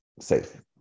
safe